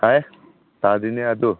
ꯍꯥꯏ ꯇꯥꯗꯦꯅꯦ ꯑꯗꯨ